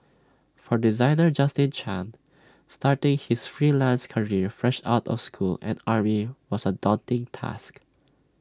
for designer Justin chan starting his freelance career fresh out of school and army was A daunting task